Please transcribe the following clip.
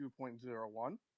2.01